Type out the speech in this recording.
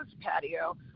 patio